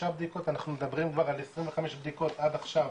בדיקות - אנחנו מדברים כבר על 25 בדיקות עד עכשיו